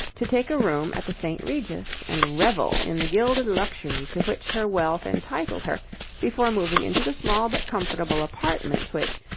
to take a room at the st. regis and revel in the gilded luxury to which her wealth entitled her before moving into the small but comfortable apartment which,